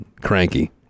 cranky